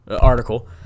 article